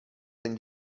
ten